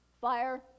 fire